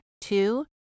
Two